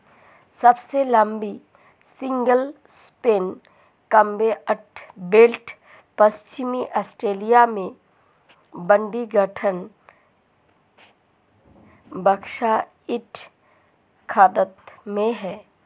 सबसे लंबी single span conveyor belt पश्चिमी ऑस्ट्रेलिया में बोडिंगटन बॉक्साइट खदान में है